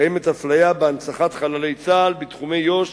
קיימת אפליה בהנצחת חללי צה"ל בתחומי יו"ש,